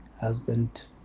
husband